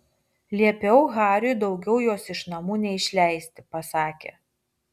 liepiau hariui daugiau jos iš namų neišleisti pasakė